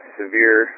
severe